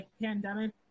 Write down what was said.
pandemic